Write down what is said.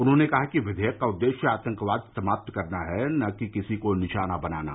उन्होंने कहा कि विघेयक का उद्देश्य आतंकवाद समाप्त करना है न कि किसी को निशाना बनाना